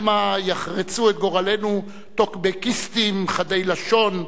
שמא יחרצו את גורלנו טוקבקיסטים חדי לשון,